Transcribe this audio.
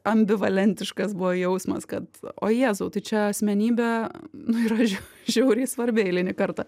ambivalentiškas buvo jausmas kad o jėzau tai čia asmenybė nu yra žiau žiauriai svarbi eilinį kartą